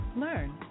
learn